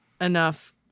enough